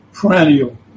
perennial